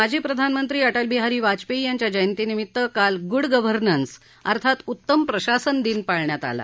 माजी प्रधानमंत्री अटल बिहारी बाजपेयी यांच्या जयंतीनिमित्त काल गुड गव्हर्नन्स अर्थात उत्तम प्रशासन दिवस पाळण्यात आला